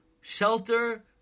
shelter